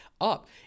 Up